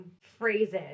phrases